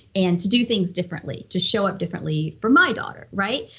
and to do things differently, to show up differently for my daughter. right?